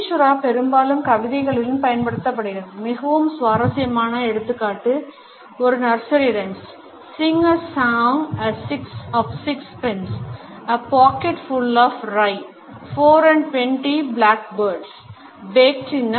Caesura பெரும்பாலும் கவிதைகளிலும் பயன்படுத்தப்படுகிறது மிகவும் சுவாரஸ்யமான எடுத்துக்காட்டு ஒரு nursery rhymes Sing a song of six pence A pocket full of rye Four and twenty blackbirds Baked in a pie